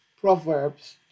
proverbs